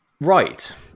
Right